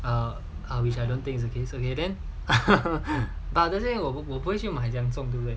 err I wish I don't think it's okay it's okay then but others say 我我不会去买怎样中对不对